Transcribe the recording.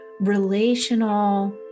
relational